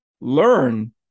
learn